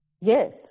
Yes